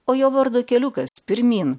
o jo vardo keliukas pirmyn